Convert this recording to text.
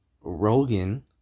Rogan